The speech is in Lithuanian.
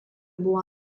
buvo